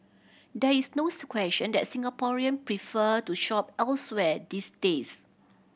there is nose question that Singaporean prefer to shop elsewhere these days